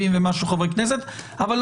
הנשים כדי להביא דברים אחרים --- אני